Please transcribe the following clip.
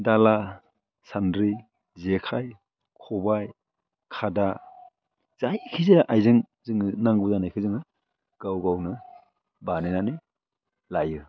दाला सान्द्रि जेखाय खबाइ खादा जायखि जाया आयजें जोंनो नांगौ जानायखौ जोङो गाव गावनो बानायनानै लायो